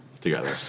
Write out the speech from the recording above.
together